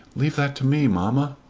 leave that to me, mamma.